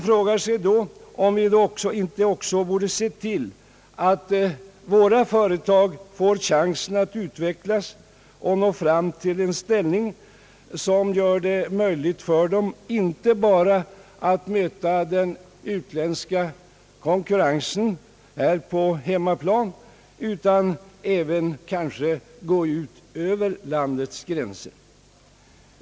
Borde vi då inte också se till att våra företag får chansen att utvecklas och nå fram till en ställning som gör det möjligt för dem att inte bara möta den utländska konkurrensen på hemmaplan utan även konkurrera utomlands?